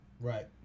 Right